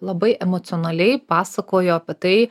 labai emocionaliai pasakojo apie tai